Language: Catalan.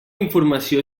informació